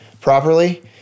properly